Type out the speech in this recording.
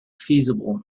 feasible